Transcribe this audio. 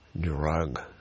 drug